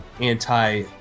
anti